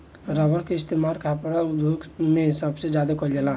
rubber के इस्तेमाल कपड़ा उद्योग मे सबसे ज्यादा कइल जाला